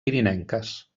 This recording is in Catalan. pirinenques